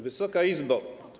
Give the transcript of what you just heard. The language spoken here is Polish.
Wysoka Izbo!